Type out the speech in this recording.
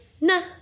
nah